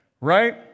right